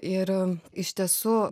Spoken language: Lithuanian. ir iš tiesų